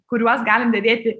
kuriuos galim dėvėti